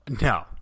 No